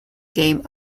game